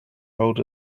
told